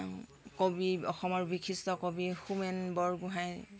কবি অসমৰ বিশিষ্ট কবি হোমেন বৰগোহাঁই